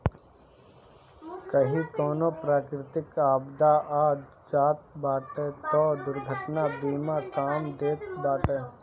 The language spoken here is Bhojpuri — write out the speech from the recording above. कही कवनो प्राकृतिक आपदा आ जात बाटे तअ दुर्घटना बीमा काम देत बाटे